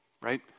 right